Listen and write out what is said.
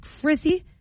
Chrissy